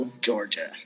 Georgia